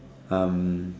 um